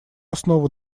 основу